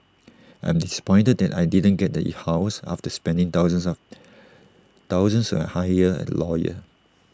I'm disappointed that I didn't get the E house after spending thousands of thousands A hire A lawyer